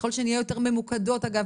ככל שנהיה יותר ממוקדות אגב,